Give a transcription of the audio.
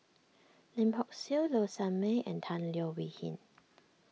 Lim Hock Siew Low Sanmay and Tan Leo Wee Hin